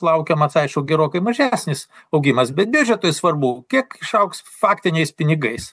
laukiamas aišku gerokai mažesnis augimas bet biudžetui svarbu kiek išaugs faktiniais pinigais